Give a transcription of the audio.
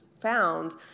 found